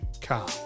car